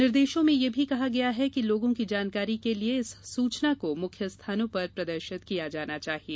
निर्देशों में यह भी कहा गया है कि लोगों की जानकारी के लिए इस सूचना को मुख्य स्थानों पर प्रदर्शित किया जाना चाहिए